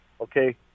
Okay